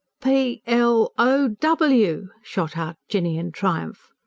p l o w! shot out jinny, in triumph.